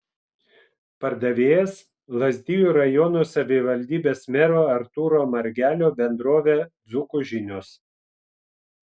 pardavėjas lazdijų rajono savivaldybės mero artūro margelio bendrovė dzūkų žinios